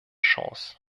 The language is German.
chance